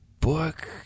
book